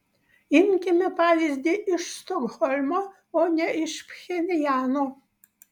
imkime pavyzdį iš stokholmo o ne iš pchenjano